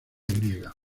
griega